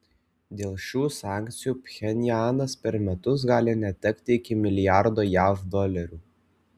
dėl šių sankcijų pchenjanas per metus gali netekti iki milijardo jav dolerių